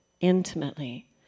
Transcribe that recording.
intimately